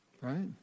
Right